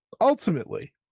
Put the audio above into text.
ultimately